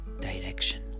direction